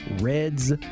Reds